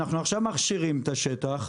אנחנו עכשיו מכשירים את השטח,